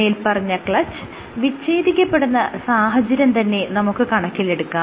മേല്പറഞ്ഞ ക്ലച്ച് വിച്ഛേദിക്കപ്പെടുന്ന സാഹചര്യം തന്നെ നമുക്ക് കണക്കിലെടുക്കാം